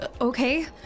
okay